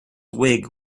wig